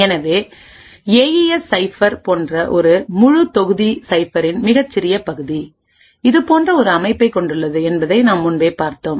எனவே AES cipher போன்ற ஒரு முழு தொகுதி சைஃபரின் மிகச் சிறிய பகுதி இதுபோன்ற ஒரு அமைப்பைக் கொண்டுள்ளது என்பதனை நாம் முன்பே பார்த்தோம்